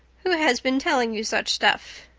who has been telling you such stuff?